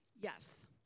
Yes